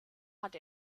hat